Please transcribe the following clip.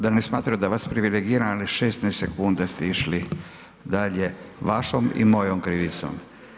Da ne smatraju da vas privilegiram ali 16 sekunda ste išli dalje vašom i mojom krivicom.